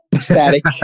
static